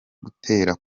gutera